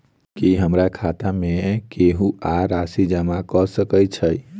की हमरा खाता मे केहू आ राशि जमा कऽ सकय छई?